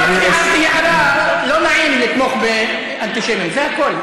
רק הערתי הערה: לא נעים לתמוך באנטישמים, זה הכול.